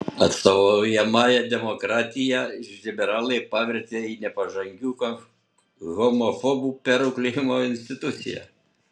atstovaujamąja demokratiją liberalai pavertė į nepažangių homofobų perauklėjimo instituciją